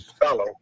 fellow